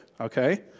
okay